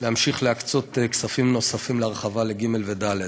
להמשיך להקצות כספים להרחבה לכיתות ג' וד'.